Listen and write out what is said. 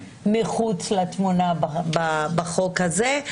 מחוץ לתמונה בחוק הזה,